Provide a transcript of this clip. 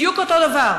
בדיוק אותו דבר.